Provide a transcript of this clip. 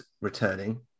returning